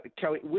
Kelly